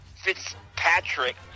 Fitzpatrick